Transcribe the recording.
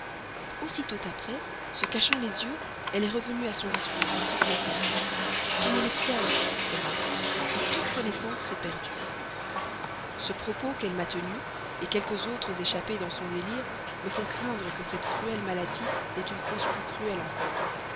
aussitôt après se cachant les yeux elle est revenue à son discours le plus fréquent qu'on me laisse seule etc etc toute connaissance s'est perdue ce propos qu'elle m'a tenu quelques autres échappés dans son délire me font craindre que cette cruelle maladie n'ait une cause plus cruelle encore